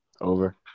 Over